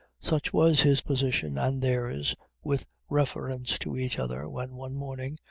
such was his position and theirs, with reference to each other, when one morning,